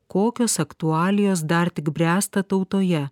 kokios aktualijos dar tik bręsta tautoje